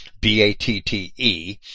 B-A-T-T-E